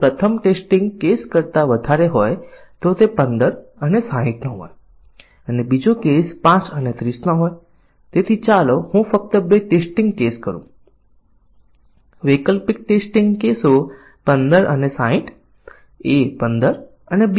તો તમને શું લાગે છે તે બંને જરૂરી છે અને જો બ્લેક બોક્સ અને વ્હાઇટ બોક્સ પરીક્ષણ બંને જરૂરી છે તો તમારે એકલા બ્લેક બોક્સ પરીક્ષણ દ્વારા શોધી શકાય તેવા બગ્સના ઉદાહરણો આપવાના રહેશે અને તમારે એકલા વ્હાઇટ બોક્સ પરીક્ષણ દ્વારા શોધી શકાતી બગ્સના ઉદાહરણો આપવાના રહેશે